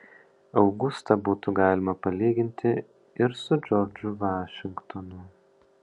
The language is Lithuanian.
augustą būtų galima palyginti ir su džordžu vašingtonu